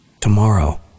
tomorrow